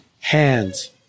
hands